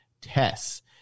tests